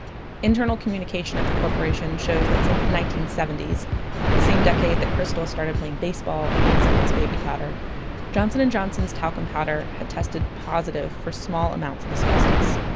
internal communication at the corporation shows that since the nineteen seventy s the same decade that krystal started playing baseball and using its baby powder johnson and johnson's talcum powder had tested positive for small amounts of asbestos.